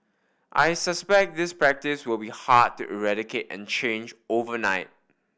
I suspect this practice will be hard to eradicate and change overnight